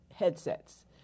headsets